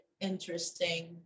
interesting